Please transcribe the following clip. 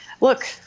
look